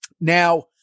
Now